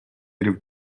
ирэв